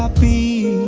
ah be